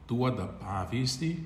duoda pavyzdį